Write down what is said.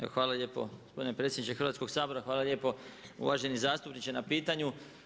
Evo hvala lijepo, gospodine predsjedniče Hrvatskog sabora, hvala lijepo uvaženi zastupniče na pitanju.